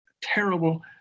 terrible